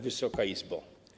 Wysoka Izbo!